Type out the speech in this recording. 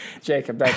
Jacob